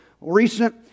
recent